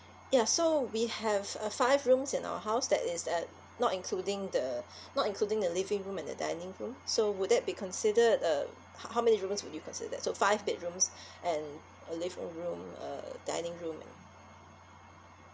ya so we have uh five rooms in our house that is uh not including the not including the living room and the dining room so would that be considered um how how many rooms would you consider so five bedrooms and a living room uh dining room and